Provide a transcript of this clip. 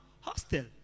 hostel